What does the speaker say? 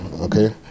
okay